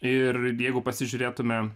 ir jeigu pasižiūrėtume